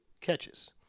catches